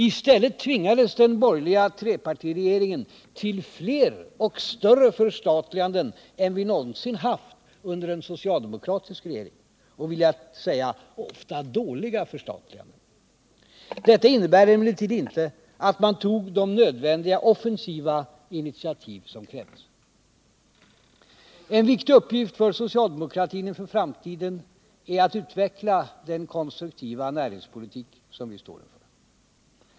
I stället tvingades den borgerliga trepartiregeringen till fler och större förstatliganden än vi någonsin haft under en socialdemokratisk regering — och, vill jag tillägga, ofta dåliga förstatliganden. Detta innebär emellertid inte att man tog de offensiva initiativ som krävdes. En viktig uppgift för socialdemokratin inför framtiden är att utveckla den konstruktiva näringspolitik som vi står för.